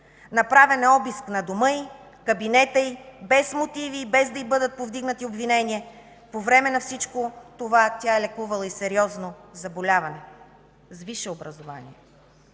направен е обиск на дома й, на кабинета й, без мотиви и без да й бъдат повдигнати обвинения. По време на всичко това тя е лекувала и сериозно заболяване. С висше образование.